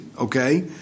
okay